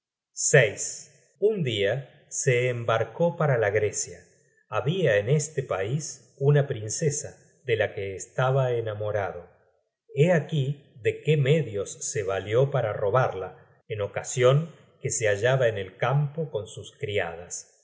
at un dia se embarcó para la grecia habia en este pais una princesa de la que estaba enamorado hé aquí de qué medios se valió para robarla en ocasion que se hallaba en el campo con sus criadas